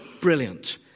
Brilliant